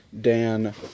Dan